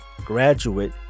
Graduate